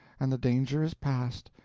and the danger is past,